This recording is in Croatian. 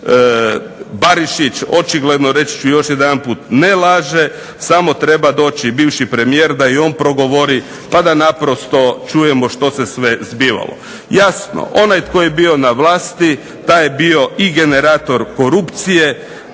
Barišić očigledno, reći ću još jedanput, ne laže, samo treba doći bivši premijer da i on progovori pa da naprosto čujemo što se sve zbivalo. Jasno, onaj tko je bio na vlasti taj je bio i generator korupcije